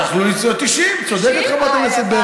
יכלו לקבוע 90. צודקת חברת הכנסת ברקו.